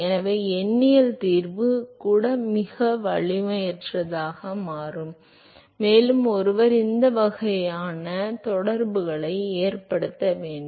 எனவே எண்ணியல் தீர்வு கூட மிகவும் வலிமையற்றதாக மாறும் மேலும் ஒருவர் இந்த வகையான தொடர்புகளை ஏற்படுத்த வேண்டும்